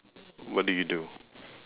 what do you do